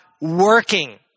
working